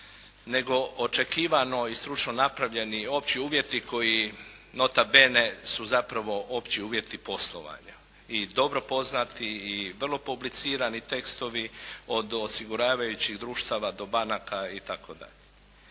nego očekivano i stručno napravljeni opći uvjeti koji nota bene su zapravo opći uvjeti poslovanja i dobro poznati i vrlo publicirani tekstovi od osiguravajućih društava do banaka itd.